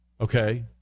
okay